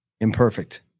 imperfect